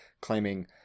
claiming